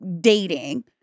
dating